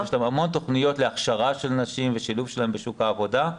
יש המון תוכניות להכשרה של נשים ושילוב שלהן בשוק העבודה.